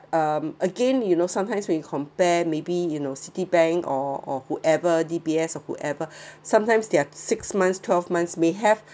um again you know sometimes when you compare maybe you know Citibank or or whoever D_B_S or whoever sometimes they're six months twelve months may have